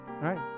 right